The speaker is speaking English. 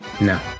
No